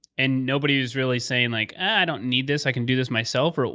and nobody was really saying, like, i don't need this. i can do this myself.